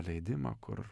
leidimą kur